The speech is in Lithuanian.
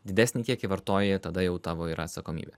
didesnį kiekį vartoji tada jau tavo yra atsakomybė